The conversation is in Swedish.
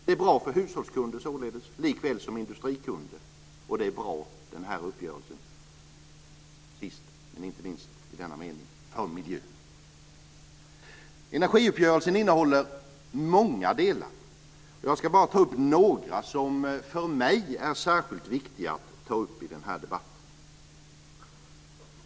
Det är således bra för hushållskunder likaväl som för industrikunder. Och den här uppgörelsen är, sist men inte minst, bra för miljön. Energiuppgörelsen innehåller många delar. Jag ska bara ta upp några som för mig är särskilt viktiga att ta upp i den här debatten.